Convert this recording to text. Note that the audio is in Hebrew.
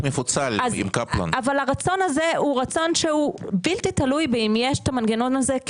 אבל הרצון הזה הוא רצון שהוא בלתי תלוי באם יש את המנגנון הזה,